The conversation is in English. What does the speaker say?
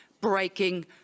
breaking